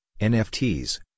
NFTs